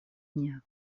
дня